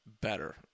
better